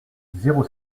zéro